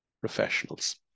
professionals